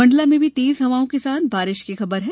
मंडला से भी तेज हवाओं के साथ बारिश की खबर है